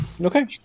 Okay